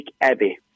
Abbey